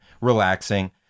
relaxing